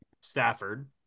Stafford